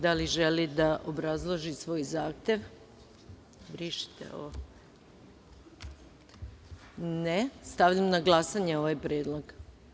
Da li želi da obrazloži svoj zahtev? (Ne.) Stavljam na glasanje ovaj predlog.